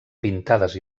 pintades